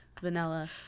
vanilla